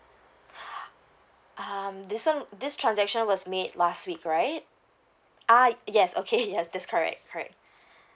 um this [one] this transaction was made last week right ah yes okay yes that's correct correct